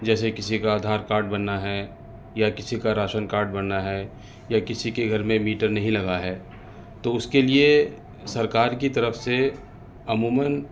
جیسے کسی کا آدھار کارڈ بننا ہے یا کسی کا راشن کارڈ بننا ہے یا کسی کے گھر میں میٹر نہیں لگا ہے تو اس کے لیے سرکار کی طرف سے عموماً